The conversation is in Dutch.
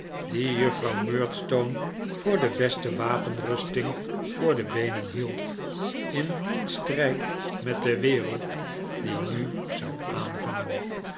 die juffrouw murdstone voor de beste wapenrusting voor de beenen hield in dien strijd met de wereld die nu zou aanvangen